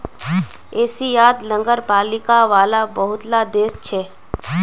एशियात नगरपालिका वाला बहुत ला देश छे